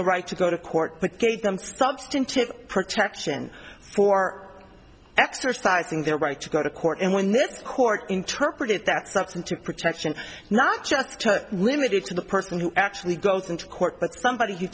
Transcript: the right to go to court but gave them substantive protection for exercising their right to go to court and when this court interpret it that sucks into protection not just limited to the person who actually goes into court but somebody